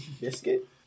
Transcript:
Biscuit